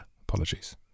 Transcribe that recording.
Apologies